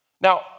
Now